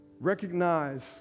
recognize